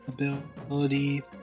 ability